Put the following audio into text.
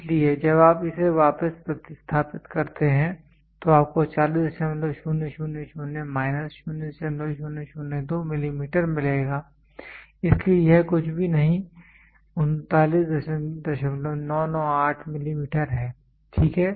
इसलिए जब आप इसे वापस प्रतिस्थापित करते हैं तो आपको 40000 माइनस 0002 मिलीमीटर मिलेगा इसलिए यह कुछ भी नहीं 39998 मिलीमीटर है ठीक है